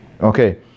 Okay